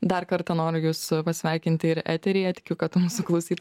dar kartą noriu jus pasveikinti ir eteryje tikiu kad mūsų klausyt